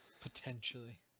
Potentially